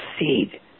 seed